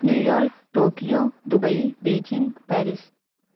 new York Tokyo Dubai Beijing Paris